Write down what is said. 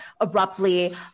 abruptly